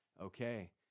okay